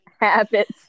Habits